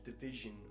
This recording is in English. division